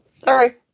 Sorry